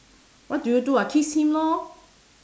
what do you do ah kiss him lor